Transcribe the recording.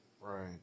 Right